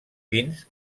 fins